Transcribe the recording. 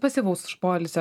pasyvaus poilsio